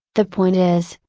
the point is,